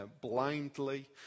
blindly